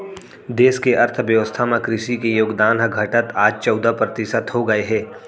देस के अर्थ बेवस्था म कृसि के योगदान ह घटत आज चउदा परतिसत हो गए हे